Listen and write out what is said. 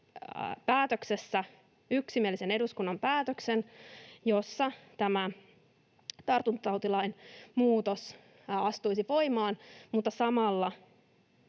yksimielisen eduskunnan päätöksen, jolloin tämä tartuntatautilain muutos astuisi voimaan, mutta samalla